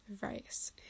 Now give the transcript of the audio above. rice